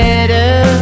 Better